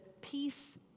peace